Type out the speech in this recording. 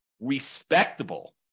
respectable